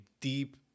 deep